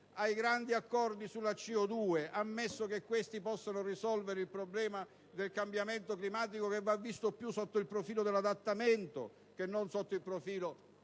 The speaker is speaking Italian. ai grandi accordi sull'emissione di CO2, ammesso che possano risolvere il problema del cambiamento climatico, che va visto più sotto il profilo dell'adattamento che non sotto quello